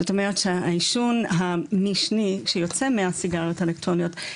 זאת אומרת שהעישון המשני שיוצא מהסיגריות האלקטרוניות,